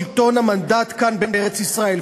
שלטון המנדט כאן בארץ-ישראל,